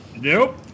Nope